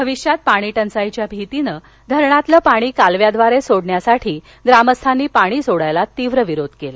भविष्यात पाणीटंचाईच्या भीतीने धरणातील पाणी कालव्याद्वारे सोडण्यासाठी ग्रामस्थांनी पाणी सोडण्यास तीव्र विरोध केला